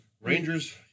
Rangers